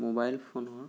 mobile ফোনৰ